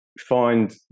find